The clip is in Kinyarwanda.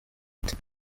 uti